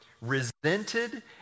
resented